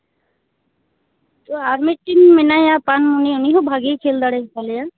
ᱛᱚ ᱟᱨ ᱢᱤᱫᱴᱤᱱ ᱢᱮᱱᱟᱭᱟ ᱯᱟᱱᱢᱩᱱᱤ ᱩᱱᱤ ᱦᱚᱸ ᱵᱷᱟᱜᱮᱭ ᱠᱷᱮᱹᱞ ᱫᱟᱲᱮᱭᱟᱛᱟᱞᱮᱭᱟ